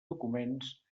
documents